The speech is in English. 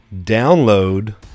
download